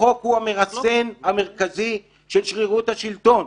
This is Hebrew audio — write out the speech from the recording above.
החוק הוא המרסן המרכזי של שרירות השלטון,